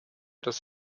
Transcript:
das